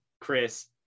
Chris